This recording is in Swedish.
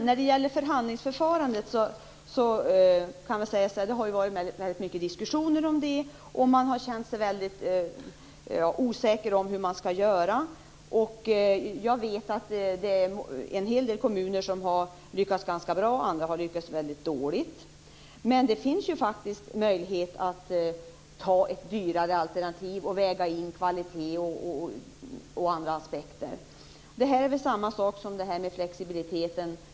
Herr talman! Det har ju varit väldigt mycket diskussioner om upphandlingsförfarandet, och man har känt sig väldigt osäker om hur man skall göra. Jag vet att det är en hel del kommuner som har lyckats ganska bra medan andra har lyckats väldigt dåligt. Men det finns faktiskt möjlighet att välja ett dyrare alternativ och väga in kvalitet och andra aspekter. Det är ungefär detsamma som med flexibiliteten.